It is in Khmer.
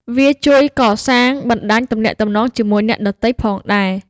វាជួយកសាងបណ្តាញទំនាក់ទំនងជាមួយអ្នកដទៃផងដែរ។